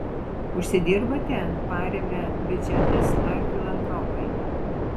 užsidirbate paremia biudžetas ar filantropai